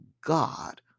God